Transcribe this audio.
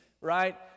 right